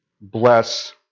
bless